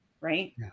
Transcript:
Right